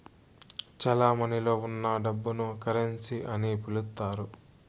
చెలమణిలో ఉన్న డబ్బును కరెన్సీ అని పిలుత్తారు